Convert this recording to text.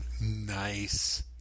Nice